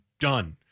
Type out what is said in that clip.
Done